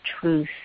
truth